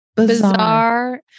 Bizarre